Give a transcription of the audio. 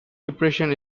depression